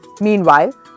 Meanwhile